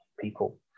people